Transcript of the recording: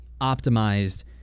optimized